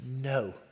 No